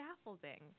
scaffolding